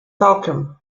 falcon